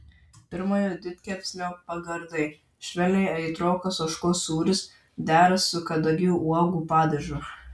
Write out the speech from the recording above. pirmojo didkepsnio pagardai švelniai aitrokas ožkos sūris dera su kadagių uogų padažu